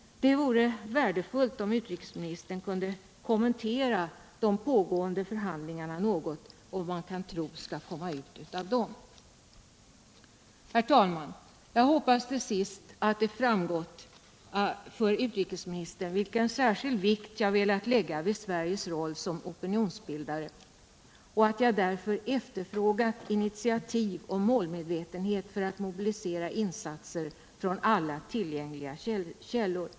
Det vore värdefullt om utrikesministern kunde kommentera de pågående förhandlingarna något — och vad man kan tro skall komma ut av dem. Herr talman! Jag hoppas till sist, fru utrikesminister, att det framgått vilken särskild vikt jag velat lägga vid Sveriges roll som opinionsbildare och att jag velat efterfråga initiativ och målmedvetenhet för att mobilisera insatser från alla tillgängliga krafter.